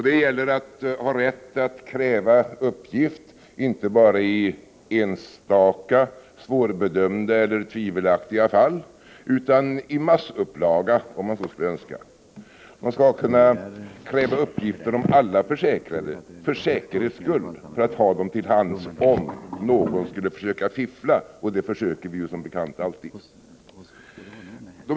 Det gäller rätten att kräva uppgift inte bara i enstaka svårbedömbara eller tvivelaktiga fall utan i massupplaga, om man så skulle önska. Man skall kunna kräva uppgifter om alla försäkrade, för säkerhets skull för att ha uppgifterna till hands, om någon skulle försöka fiffla — och det försöker vi ju som bekant alltid.